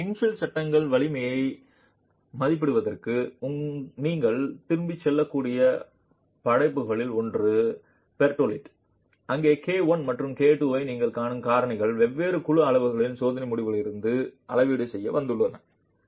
எனவே இன்ஃபில் சட்டங்களின் வலிமையை மதிப்பிடுவதற்கு நீங்கள் திரும்பிச் செல்லக்கூடிய படைப்புகளில் ஒன்று பெர்டோல்டி அங்கு K 1 மற்றும் K 2 ஐ நீங்கள் காணும் காரணிகள் வெவ்வேறு குழு அளவுகளின் சோதனை முடிவுகளிலிருந்து அளவீடு செய்ய வந்துள்ளன